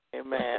Amen